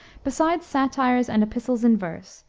besides satires and epistles in verse,